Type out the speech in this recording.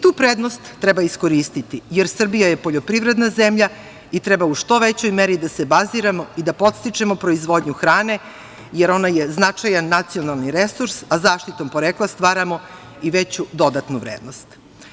Tu prednost treba iskoristiti jer Srbija je poljoprivredna zemlja i treba u što većoj meri da se baziramo i da podstičemo proizvodnju hrane jer ona je značajan nacionalni resurs, a zaštitom porekla stvaramo i veću dodatnu vrednost.